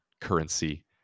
currency